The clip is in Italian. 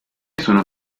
sono